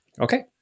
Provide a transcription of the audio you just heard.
Okay